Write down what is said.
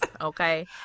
Okay